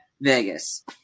Vegas